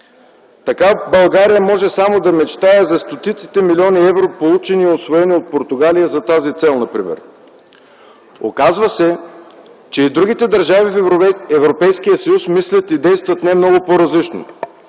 Така България може само да мечтае за стотиците милиони евро, получени и усвоени от Португалия за тази цел. Оказва се, че и другите държави в Европейския съюз мислят и действат не много по-различно.